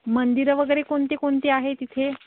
मंदिरं वगैरे कोणते कोणते आहे तिथे